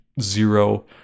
Zero